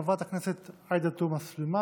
חברת הכנסת עאידה תומא סלימאן,